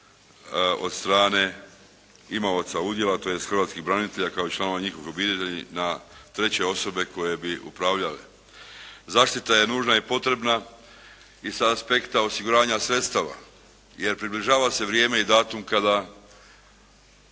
od strane imaoca udjela tj. hrvatskih branitelja kao i članova njihovih obitelji na treće osobe koje bi upravljale. Zaštita je nužna i potrebna i sa aspekta osiguranja sredstava jer približava se vrijeme i datum kada